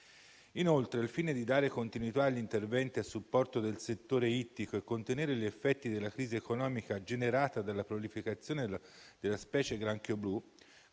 Inoltre, al fine di dare continuità agli interventi a supporto del settore ittico e contenere gli effetti della crisi economica generata dalla prolificazione della specie granchio blu,